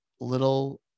little